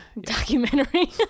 Documentary